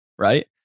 right